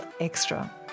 extra